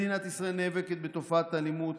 מדינת ישראל נאבקת בתופעת האלימות